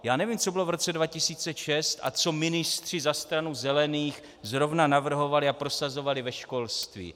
Já nevím, co bylo v roce 2006 a co ministři za Stranu zelených zrovna navrhovali a prosazovali ve školství.